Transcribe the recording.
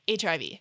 hiv